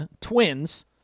Twins